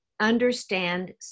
understand